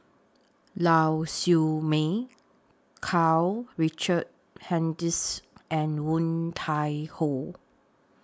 Lau Siew Mei Karl Richard Hanitsch and Woon Tai Ho